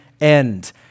end